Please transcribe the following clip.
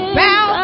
bow